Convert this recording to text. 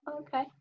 Okay